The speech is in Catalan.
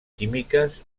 químiques